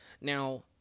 Now